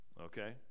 Okay